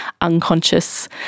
unconscious